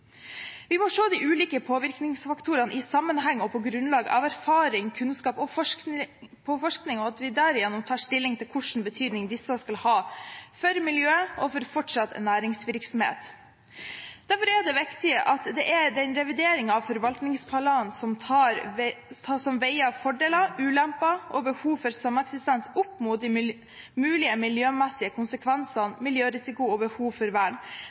Vi må se de ulike påvirkningsfaktorene i sammenheng og på grunnlag av erfaring, kunnskap og forskning, at vi derigjennom tar stilling til hvilken betydning disse skal ha for miljøet og for fortsatt næringsvirksomhet. Derfor er det viktig med revidering av forvaltningsplanen, som veier fordeler, ulemper og behov for sameksistens opp mot de mulige miljømessige konsekvensene, miljørisiko og behov for vern.